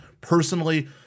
personally –